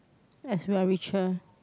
as we're richer